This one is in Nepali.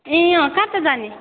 ए अँ कता जाने